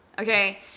okay